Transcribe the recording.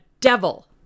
devil